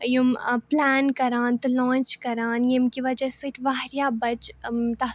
یِم پُلین کَران تہٕ لانٛچ کَران ییٚمہِ کہِ وجہ سۭتۍ واریاہ بَچہِ تَتھ